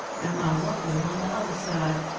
and my work-room on the other side.